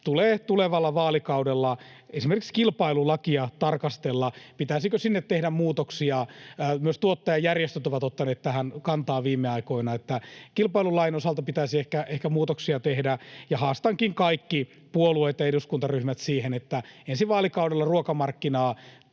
että tulevalla vaalikaudella tulee esimerkiksi kilpailulakia tarkastella, pitäisikö sinne tehdä muutoksia. Myös tuottajajärjestöt ovat ottaneet tähän kantaa viime aikoina, että kilpailulain osalta pitäisi ehkä muutoksia tehdä. Haastankin kaikki puolueet ja eduskuntaryhmät siihen, että ensi vaalikaudella ruokamarkkinaa